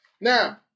Now